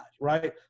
right